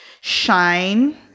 shine